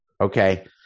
Okay